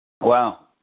Wow